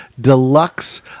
Deluxe